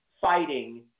fighting